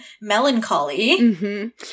melancholy